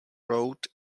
road